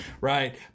right